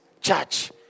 church